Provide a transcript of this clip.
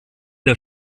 der